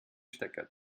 stecker